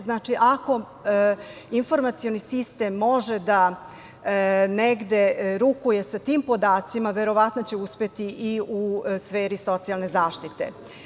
Znači, ako informacioni sistem može da negde rukuje sa tim podacima verovatno će uspeti i u sferi socijalne zaštite.